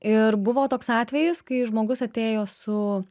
ir buvo toks atvejis kai žmogus atėjo su